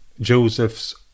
Joseph's